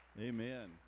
Amen